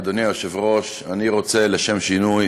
אדוני היושב-ראש, אני רוצה לשם שינוי